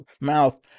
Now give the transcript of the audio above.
mouth